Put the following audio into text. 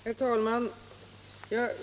Herr talman!